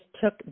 took